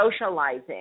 socializing